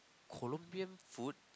Colombian food